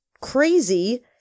crazy